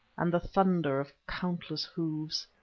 and the thunder of countless hoofs.